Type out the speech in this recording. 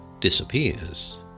disappears